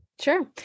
Sure